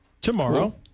tomorrow